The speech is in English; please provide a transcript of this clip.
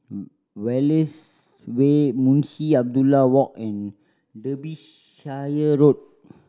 Wallace Way Munshi Abdullah Walk and Road